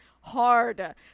hard